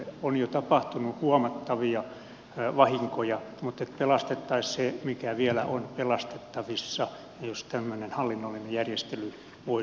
on jo tapahtunut huomattavia vahinkoja mutta pelastettaisiin se mikä vielä on pelastettavissa jos tämmöinen hallinnollinen järjestely voisi tähän hätään tuoda ratkaisun